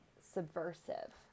subversive